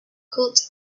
could